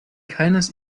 keines